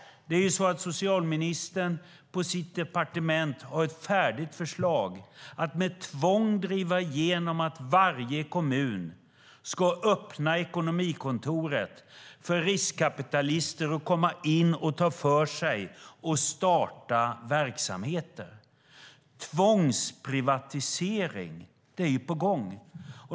Socialministern har på sitt departement ett färdigt förslag att man med tvång ska driva igenom att varje kommun ska öppna ekonomikontoret för riskkapitalister att komma in, ta för sig och starta verksamheter. Tvångsprivatisering är på gång.